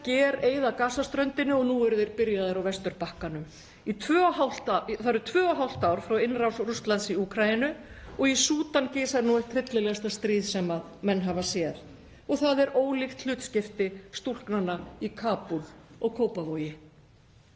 gereyða Gaza-ströndinni og nú eru þeir byrjaðir á Vesturbakkanum. Það eru tvö og hálft ár frá innrás Rússlands í Úkraínu og í Súdan geisar nú eitt hryllilegasta stríð sem menn hafa séð. Það er ólíkt hlutskipti stúlknanna í Kabúl og Kópavogi.